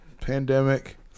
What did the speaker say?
Pandemic